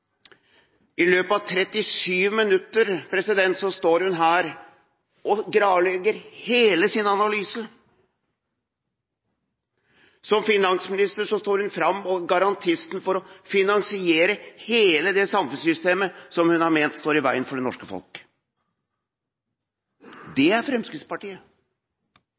I løpet av 37 minutter står hun her og gravlegger hele sin analyse. Som finansminister står hun fram som garantisten for å finansiere hele det samfunnssystemet som hun har ment står i veien for det norske folk. Det er Fremskrittspartiet.